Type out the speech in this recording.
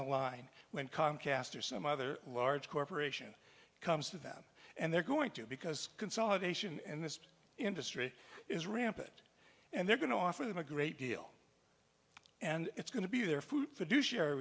the line when comcast or some other large corporation comes to them and they're going to because consolidation in this industry is rampant and they're going to offer them a great deal and it's going to be their food f